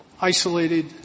isolated